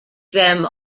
them